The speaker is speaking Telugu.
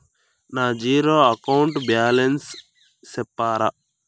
నా జీరో అకౌంట్ బ్యాలెన్స్ సెప్తారా?